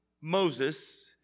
Moses